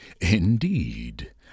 Indeed